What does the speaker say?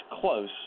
close